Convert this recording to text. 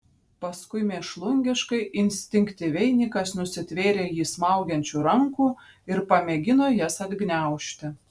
paskui mėšlungiškai instinktyviai nikas nusitvėrė jį smaugiančių rankų ir pamėgino jas atgniaužti